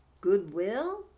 goodwill